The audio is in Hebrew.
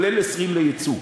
כולל 20 ליצוא.